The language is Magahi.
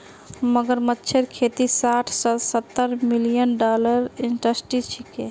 मगरमच्छेर खेती साठ स सत्तर मिलियन डॉलरेर इंडस्ट्री छिके